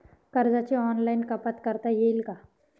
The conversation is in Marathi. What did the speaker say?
कर्जाची ऑनलाईन कपात करता येईल का?